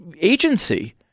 agency